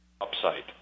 Upside